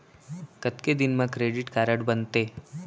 कतेक दिन मा क्रेडिट कारड बनते?